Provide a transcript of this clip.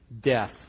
death